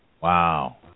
Wow